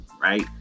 right